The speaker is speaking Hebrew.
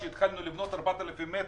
כמו שהתחלנו לבנות בשטח של 4,000 מ',